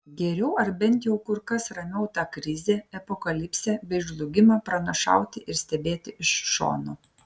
geriau ar bent jau kur kas ramiau tą krizę apokalipsę bei žlugimą pranašauti ir stebėti iš šono